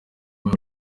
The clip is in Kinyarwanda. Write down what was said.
muri